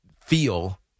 feel